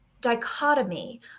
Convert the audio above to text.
dichotomy